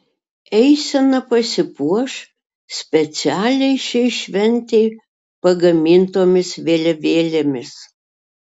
eisena pasipuoš specialiai šiai šventei pagamintomis vėliavėlėmis